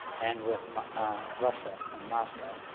and with russia and moscow,